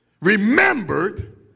remembered